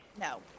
No